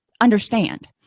understand